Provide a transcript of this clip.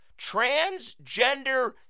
Transgender